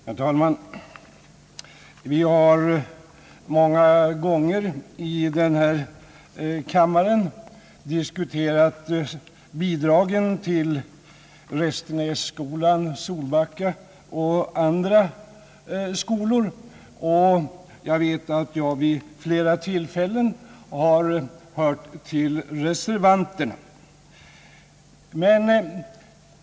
Herr talman! Vi har många gånger i denna kammare diskuterat bidragen till Restenässkolan, Solbacka och andra skolor, och jag har vid flera tillfällen hört till reservanterna.